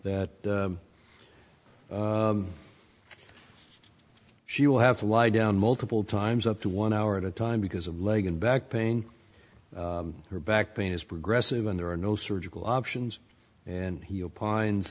that she will have to lie down multiple times up to one hour at a time because of leg and back pain her back pain is progressive and there are no surgical options and he opines